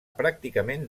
pràcticament